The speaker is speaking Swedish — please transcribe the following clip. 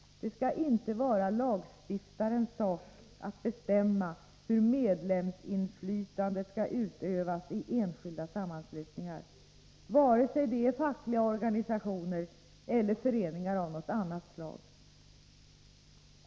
Det skall inte vara lagstiftarens sak att bestämma hur medlemsinflytandet skall utövas i enskildas sammanslutningar, vare sig det är fackliga organisationer eller föreningar av något annat slag.